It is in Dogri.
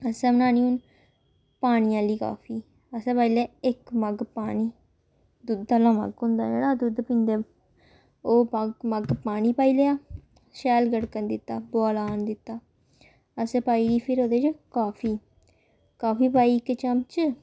असें बनानी हून पानी आह्ली काफी असें पाई लेआ इक मग्ग पानी दुद्ध आह्ला मग्ग होंदा जेह्ड़ा दुद्ध पींदे ओह् मग्ग पानी पाई लेआ शैल गड़कन दित्ता बोआला आन दित्ता असें पाई फिर ओह्दे च काफी काफी पाई इक चमच